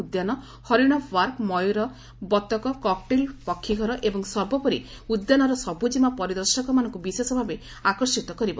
ଉଦ୍ୟାନ ହରିଶ ପାର୍କ ମୟର ବତକ କକ୍ଟେଲ୍ ପକ୍ଷୀଘର ଏବଂ ସର୍ବୋପରି ଉଦ୍ୟାନର ସବୁଜିମା ପରିଦର୍ଶକମାନଙ୍କୁ ବିଶେଷ ଭାବେ ଆକର୍ଷିତ କରିବ